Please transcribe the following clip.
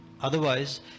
Otherwise